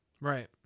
Right